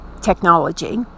technology